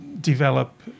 develop